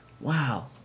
Wow